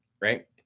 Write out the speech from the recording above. right